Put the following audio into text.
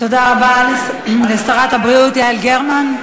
תודה רבה לשרת הבריאות יעל גרמן.